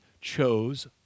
chose